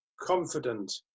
confident